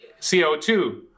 CO2